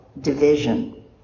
division